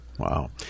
Wow